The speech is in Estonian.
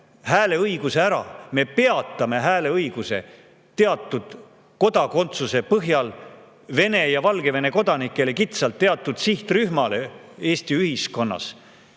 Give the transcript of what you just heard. hääleõiguse ära, me peatame hääleõiguse teatud kodakondsuse põhjal, Vene ja Valgevene kodanikel, kitsalt, teatud sihtrühmal Eesti ühiskonnas,